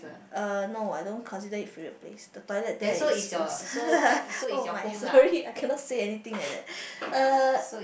uh no I don't consider it favourite place the toilet there is worse oh my sorry I cannot say anything like that uh